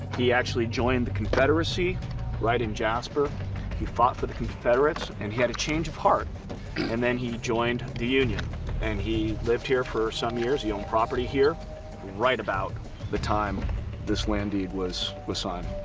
he actually joined the confederacy right in jasper he fought for the confederates and he had a change of heart and then he joined the union and he lived here for some years he owned property here right about the time this landing was was signed